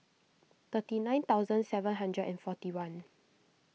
thirty nine thousand seven hundred and forty one